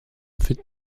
fit